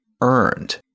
earned